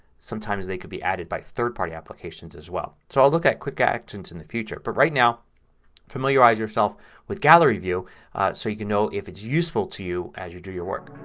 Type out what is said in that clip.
sometimes they can be added by third party applications as well. so i'll look at quick actions in the future. but right now familiarize yourself with gallery view so you can know if it's useful to you as you do your work.